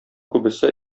күбесе